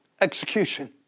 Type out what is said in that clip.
execution